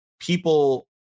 people